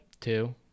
Two